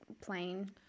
plain